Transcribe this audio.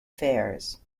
fares